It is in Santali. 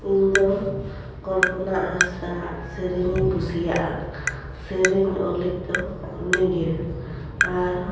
ᱤᱧ ᱫᱚ ᱠᱚᱞᱯᱚᱱᱟ ᱦᱟᱸᱥᱫᱟᱣᱟᱜ ᱥᱮᱹᱨᱮᱹᱧᱤᱧ ᱠᱩᱥᱤᱭᱟᱜᱼᱟ ᱥᱮᱹᱨᱮᱹᱧ ᱚᱞᱤᱡ ᱫᱚ ᱩᱱᱤ ᱜᱮ ᱟᱨ